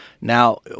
Now